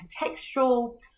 contextual